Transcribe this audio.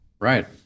Right